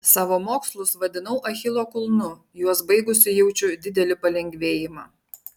savo mokslus vadinau achilo kulnu juos baigusi jaučiu didelį palengvėjimą